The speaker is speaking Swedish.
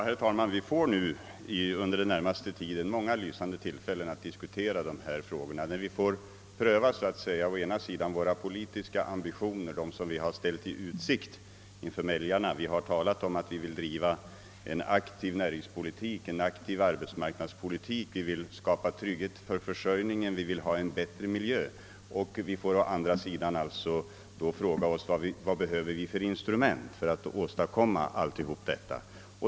Herr talman! Vi får nu under den närmaste tiden många lysande tillfällen att diskutera dessa frågor. Vi får pröva, så att säga, å ena sidan de politiska ambitioner som olika partier ställt i utsikt inför väljarna — vi har talat om att vi vill driva en aktiv näringspolitik, en aktiv arbetsmarknadspolitik, vi vill skapa trygghet för försörjningen, vi vill ha en bättre miljö — och vi får å andra sidan då fråga oss vad vi kommer att behöva för instrument för att kunna åstadkomma allt detta.